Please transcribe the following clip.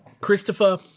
Christopher